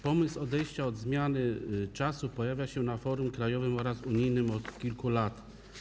Pomysł odejścia od zmiany czasu pojawia się na forum krajowym oraz unijnym od kilku lat.